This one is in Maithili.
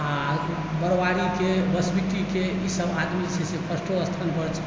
आओर बरुआरीके बसबिट्टीके ई सब आदमी जे छै फस्टो स्थानपर